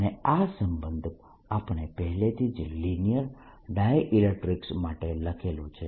અને આ સંબંધ આપણે પહેલેથી જ લિનીયર ડાયઈલેક્ટ્રીકસ માટે લખેલો છે